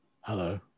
Hello